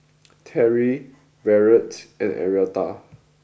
Teri Barrett and Arietta